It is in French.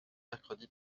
mercredi